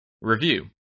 Review